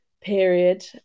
period